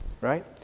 right